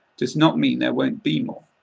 does not mean there won't be more.